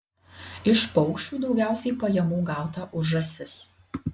iš paukščių daugiausiai pajamų gauta už žąsis